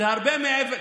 אדוני היושב-ראש,